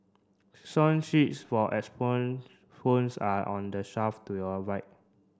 song sheets for phones are on the shelf to your right